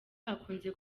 hakunze